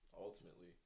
Ultimately